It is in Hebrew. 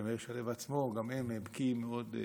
וגם מאיר שלו עצמו, גם הם, הם בקיאים מאוד,